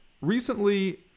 Recently